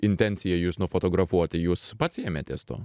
intencija jus nufotografuoti jūs pats ėmėtės to